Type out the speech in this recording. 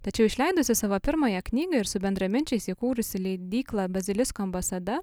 tačiau išleidusi savo pirmąją knygą ir su bendraminčiais įkūrusi leidyklą bazilisko ambasada